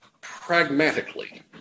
pragmatically